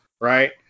right